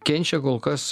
kenčia kol kas